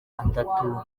atatu